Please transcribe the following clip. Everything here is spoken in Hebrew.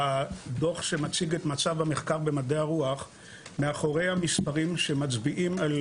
בדוח שמציג את מצב המחקר במדעי הרוח המספרים מצביעים על